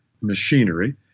machinery